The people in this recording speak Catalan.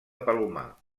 palomar